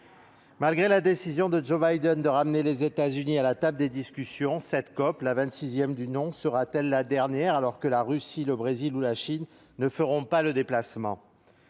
Malgré la décision de Joe Biden de ramener les États-Unis à la table des discussions, cette COP, la vingt-sixième du nom, sera-t-elle la dernière alors que la Russie, le Brésil ou la Chine ne feront pas le déplacement ?